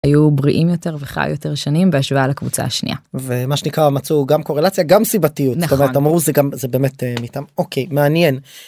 היו בריאים יותר וחי יותר שנים בהשוואה לקבוצה השנייה ומה שנקרא מצאו גם קורלציה גם סיבתיות נכון אמרו זה גם זה באמת אוקיי מעניין.